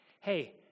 hey